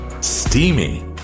steamy